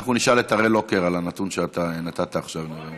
אנחנו נשאל את הראל לוקר על הנתון שאתה נתת עכשיו.